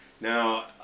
Now